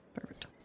Perfect